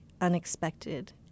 unexpected